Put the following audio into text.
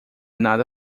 nada